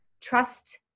trust